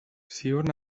ziur